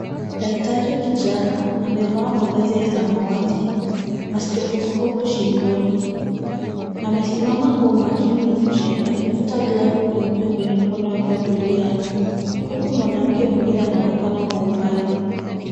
Daktari kijana amevaa mavazi ya samawati na stethescope shingoni amesimama kwa umakini nje akivuta glavu nyeupe kwenye mkono wake wa kulia huku mwanamke mwingine anaonekana kwa umbali.